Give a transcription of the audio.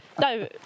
no